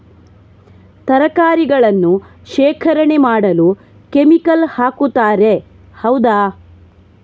ತರಕಾರಿಗಳನ್ನು ಶೇಖರಣೆ ಮಾಡಲು ಕೆಮಿಕಲ್ ಹಾಕುತಾರೆ ಹೌದ?